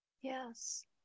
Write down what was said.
Yes